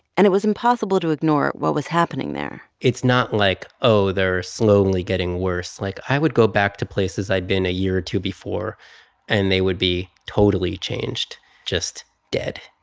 and it was impossible to ignore what was happening there it's not like, oh, they're slowly getting worse. like, i would go back to places i'd been a year or two before and they would be totally changed just dead.